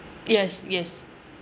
yes yes